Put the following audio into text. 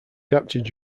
captured